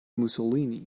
mussolini